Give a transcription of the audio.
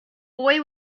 boy